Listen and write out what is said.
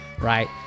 right